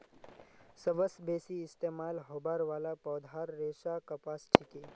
सबस बेसी इस्तमाल होबार वाला पौधार रेशा कपास छिके